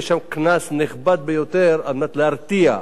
ויש שם קנס נכבד ביותר על מנת להרתיע.